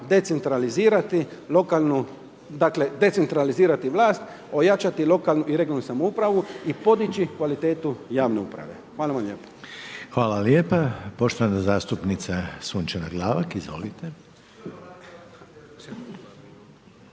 decentralizirati vlast, ojačati lokalnu i regionalnu samoupravu i podići kvalitetu javne uprave. Hvala vam lijepa. **Reiner, Željko (HDZ)** Hvala lijepa. Poštovana zastupnica Sunčana Glavak, izvolite.